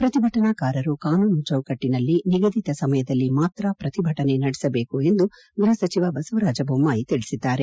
ಪ್ರತಿಭಟನಾಕಾರರು ಕಾನೂನು ಚೌಕಟ್ಟಿನಲ್ಲಿ ನಿಗದಿತ ಸಮಯದಲ್ಲಿ ಮಾತ್ರ ಪ್ರತಿಭಟನೆ ನಡೆಸಬೇಕು ಎಂದು ಗೃಹ ಸಚಿವ ಬಸವರಾಜ ಬೊಮ್ಮಾಯಿ ತಿಳಿಸಿದ್ದಾರೆ